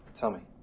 tell me.